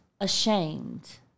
ashamed